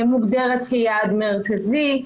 מוגדרת כיעד מרכזי,